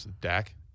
Dak